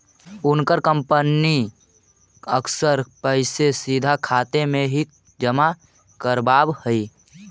उनकर कंपनी अक्सर पैसे सीधा खाते में ही जमा करवाव हई